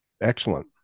Excellent